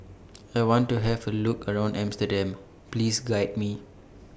I want to Have A Look around Amsterdam Please Guide Me